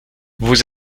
vous